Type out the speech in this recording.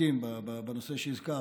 שעוסקים בנושא שהזכרת,